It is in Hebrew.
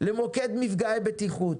למוקד מפגעי בטיחות,